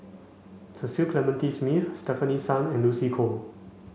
Cecil Clementi Smith Stefanie Sun and Lucy Koh